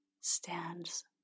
stands